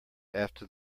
after